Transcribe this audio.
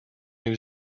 new